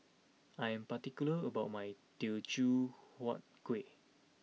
I am particular about my Teochew Huat Kuih